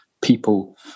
people